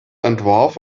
entwarf